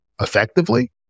effectively